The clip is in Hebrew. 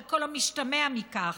על כל המשתמע מכך,